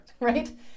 right